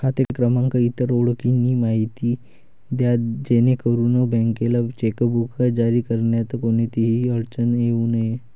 खाते क्रमांक, इतर ओळखीची माहिती द्या जेणेकरून बँकेला चेकबुक जारी करण्यात कोणतीही अडचण येऊ नये